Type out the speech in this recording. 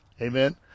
Amen